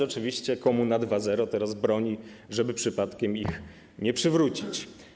Oczywiście komuna 2.0 teraz broni tego, żeby przypadkiem ich nie przywrócić.